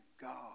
God